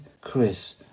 Chris